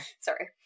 Sorry